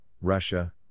Russia